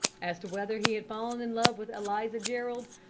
as to whether he had fallen in love with eliza jerrold,